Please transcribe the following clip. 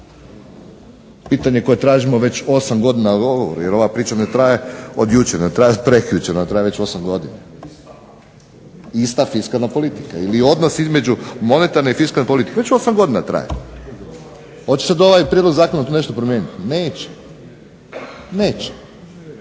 pitanje koje tražimo već osam godina jer ova priča ne traje od jučer, ne traje od prekjučer, ona traje već osam godina. Ista fiskalna politika ili odnos između monetarne i fiskalne politike, već osam godina traje. Hoće sad ovaj prijedlog zakona to nešto promijenit, neće. Neće,